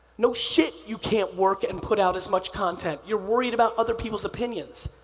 no shit you can't work and put out as much content. you're worried about other people's opinions.